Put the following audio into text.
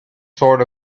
sort